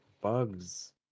bugs